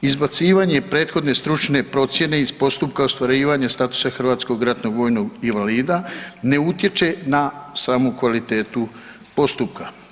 Izbacivanje prethodne stručne procjene iz postupka ostvarivanja statusa hrvatskog ratnog vojnog invalida ne utječe na samu kvalitetu postupka.